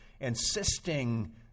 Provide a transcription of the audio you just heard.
insisting